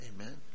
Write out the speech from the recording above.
Amen